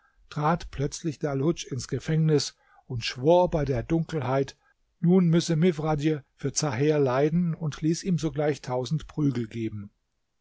trat plötzlich dalhudsch ins gefängnis und schwor bei der dunkelheit nun müsse mifradj für zaher leiden und ließ ihm sogleich tausend prügel geben